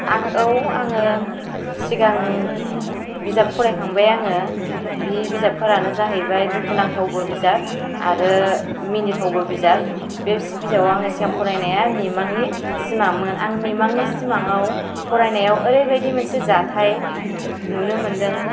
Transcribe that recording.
आं औ आङो सिगां बिजाब फरायखांबाय आङो बे बिजाबफोरानो जाहैबाय दुखुनांथावबो बिजाब आरो मिनिथावबो बिजाब बे बिजाबाव आङो सिगां फरायनाया मिमांनि सिमांमोन आं मिमांनि सिमां फरायनायाव ओरैबायदि मोनसे जाथाइ नुनो मोनदों